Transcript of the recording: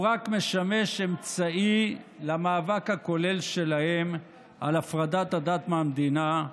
הוא רק משמע אמצעי למאבק הכולל שלהם על הפרדת הדת מהמדינה,